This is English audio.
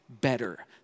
better